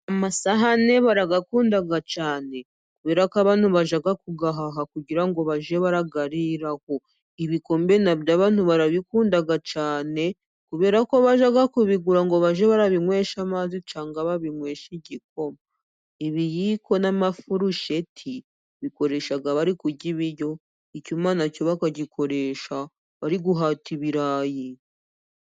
Amasahane barayakunda cyane, kubera ko abantu bajya kuyahaha kugira ngo bajye bayariraho, ibikombe na byo abantu barabikunda cyane kubera ko bajya kubigura ngo bajye babinywesha amazi cyangwa babinyweshe igikoma, ibiyiko n'amafurusheti babikoresha bari kurya ibiryo, icyuma nacyo bakabikoresha bari guhata ibirayi.